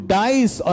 dies